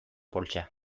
poltsa